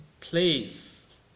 please